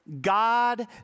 God